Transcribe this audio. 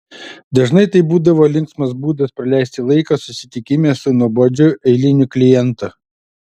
dažnai tai būdavo linksmas būdas praleisti laiką susitikime su nuobodžiu eiliniu klientu